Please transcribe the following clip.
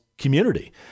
community